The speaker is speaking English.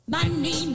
Money